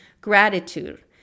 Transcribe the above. Gratitude